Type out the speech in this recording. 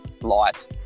light